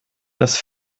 das